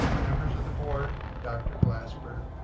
members of the board, dr. glasper,